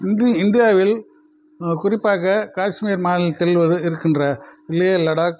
இந்தி இந்தியாவில் குறிப்பாக காஷ்மீர் மாநிலத்தில் ஒரு இருக்கின்ற லே லடாக்